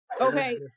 Okay